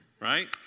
right